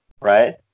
right